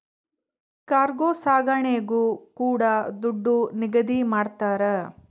cargo ಸಾಗಣೆಗೂ ಕೂಡ ದುಡ್ಡು ನಿಗದಿ ಮಾಡ್ತರ